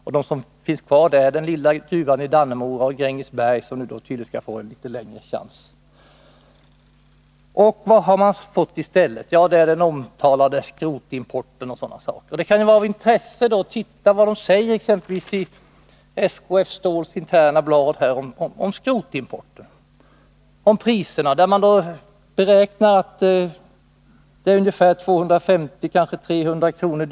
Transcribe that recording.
Kvar finns den lilla gruvan i Dannemora och gruvan i Grängesberg, som tydligen skall få en litet längre chans. Vad har man fått i stället? Jo, det kan bli den omtalade skrotimporten och Nr 38 sådana saker. Det kan vara av intresse att se vad som exempelvis i Fredagen den informationsbladet SKF Steel internt sägs om skrotimporten och om 27 november 1981 priserna. Där nämns att det är ungefär 250 — 300 kr.